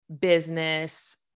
business